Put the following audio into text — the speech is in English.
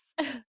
Yes